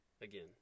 again